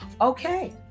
Okay